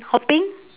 hopping